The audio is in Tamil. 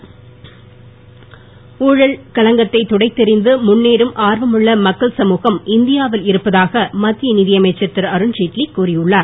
உள ழல் களங்கத்தை துடைத்தெறிந்து முன்னேறும் ஆர்வமுள்ள மக்கள் சமுகம் இந்தியாவில் இருப்பதாக மத்திய நிதியமைச்சர் திருஅருண்ஜேட்லி கூறியுள்ளார்